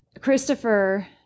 christopher